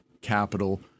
Capital